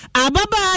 ababa